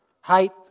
height